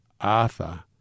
Arthur